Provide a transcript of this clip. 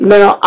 Now